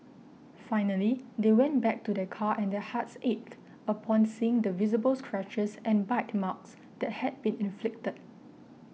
finally they went back to their car and their hearts ached upon seeing the visible scratches and bite marks that had been inflicted